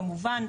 כמובן,